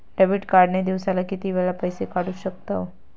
Debit card ने दिवसाला किती वेळा पैसे काढू शकतव?